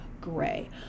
gray